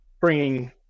bringing